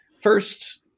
first